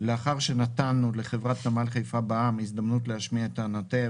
לאחר שנתנו לחברת נמל חיפה בע"מ הזדמנות להשמיע את טענותיה,